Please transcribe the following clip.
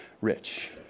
rich